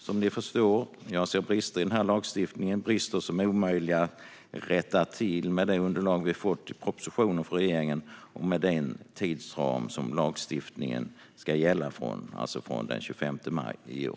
Som ni förstår ser jag brister i denna lagstiftning, brister som är omöjliga att rätta till med det underlag vi fått i propositionen från regeringen och med tidsramen att lagstiftningen ska gälla från den 25 maj i år.